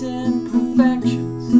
imperfections